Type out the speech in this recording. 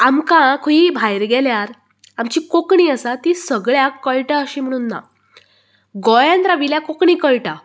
आमकां खंयूय भायर गेल्यार आमची कोंकणी आसा तीं सगळ्याक कळटा अशी म्हणून ना गोंयांत राविल्ल्याक कोंकणी कळटा